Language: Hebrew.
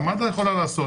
גם מד"א יכולה לעשות.